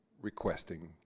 requesting